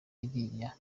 iriya